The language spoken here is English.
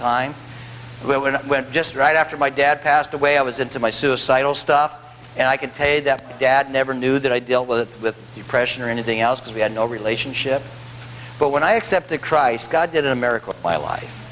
i went just right after my dad passed away i was into my suicidal stuff and i can tell you that dad never knew that i deal with the impression or anything else because we had no relationship but when i accepted christ god did in america my life